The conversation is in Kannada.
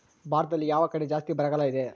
ಭಾರತದಲ್ಲಿ ಯಾವ ಕಡೆ ಜಾಸ್ತಿ ಬರಗಾಲ ಇದೆ?